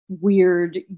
weird